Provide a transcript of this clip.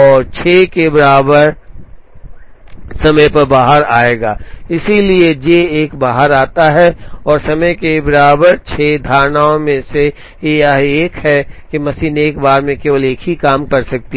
और 6 के बराबर समय पर बाहर आएगा इसलिए J 1 बाहर आता है समय के बराबर 6 धारणाओं में से एक यह है कि मशीन एक बार में केवल एक ही काम कर सकती है